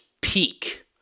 peak